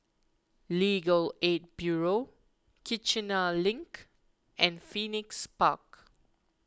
Legal Aid Bureau Kiichener Link and Phoenix Park